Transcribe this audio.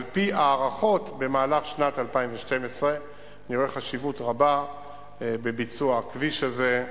על-פי ההערכות במהלך שנת 2012. אני רואה חשיבות רבה בביצוע הכביש הזה,